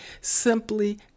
simply